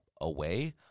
away